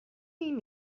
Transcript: این